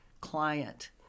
client